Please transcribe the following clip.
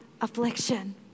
affliction